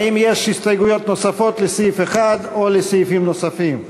האם יש הסתייגויות נוספות לסעיף 1 או לסעיפים נוספים?